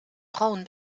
frauen